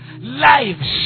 Lives